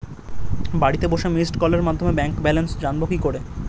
বাড়িতে বসে মিসড্ কলের মাধ্যমে ব্যাংক ব্যালেন্স জানবো কি করে?